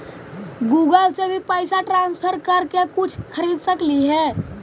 Google से भी पैसा ट्रांसफर कर के कुछ खरिद सकलिऐ हे?